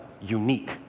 unique